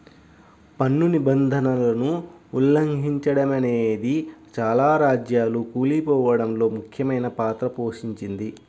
పన్ను నిబంధనలను ఉల్లంఘిచడమనేదే చాలా రాజ్యాలు కూలిపోడంలో ముఖ్యమైన పాత్ర పోషించింది